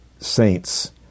saints